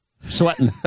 sweating